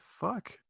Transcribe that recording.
fuck